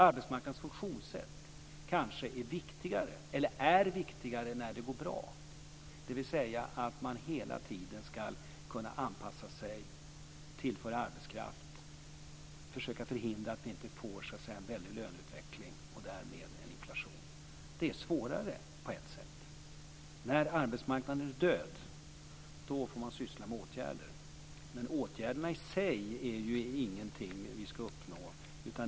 Arbetsmarknadens funktionssätt är viktigare när det går bra, dvs. det måste hela tiden ske en anpassning, arbetskraft skall tillföras, en väldig löneutveckling skall förhindras och därmed en inflation. Det är svårare. När arbetsmarknaden är död får åtgärder sättas in. Åtgärderna i sig är inte något vi skall uppnå.